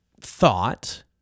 thought